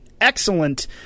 excellent